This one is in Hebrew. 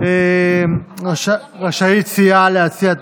הדיון בהצעות חוק רשאית סיעה להציע,